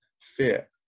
fear